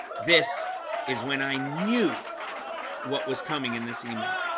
this is when i knew what was coming in this email?